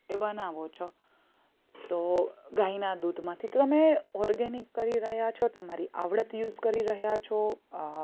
એ બનાવો છો તો ગાયના દૂધમાંથી તમે ઓર્ગેનિક કરી રહ્યા છો તમારી આવડત યુઝ કરી રહ્યા છો